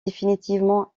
définitivement